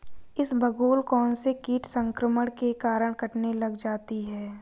इसबगोल कौनसे कीट संक्रमण के कारण कटने लग जाती है?